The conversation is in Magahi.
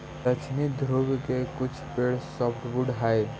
दक्षिणी ध्रुव के कुछ पेड़ सॉफ्टवुड हइ